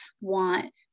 want